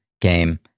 game